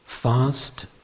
Fast